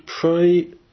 pray